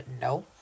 no